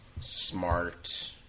Smart